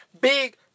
big